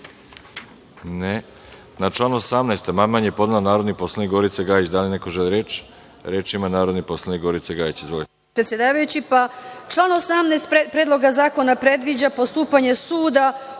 (Ne)Na član 18. amandman je podnela narodni poslanik Gorica Gajić. Da li neko želi reč? Reč ima narodni poslanik Gorica Gajić. Izvolite.